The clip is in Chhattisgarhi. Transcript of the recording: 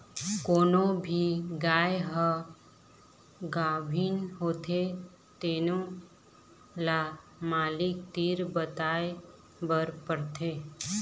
कोनो भी गाय ह गाभिन होथे तेनो ल मालिक तीर बताए बर परथे